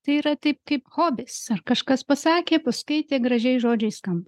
tai yra taip kaip hobis ar kažkas pasakė paskaitė gražiais žodžiais kam